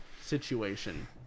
situation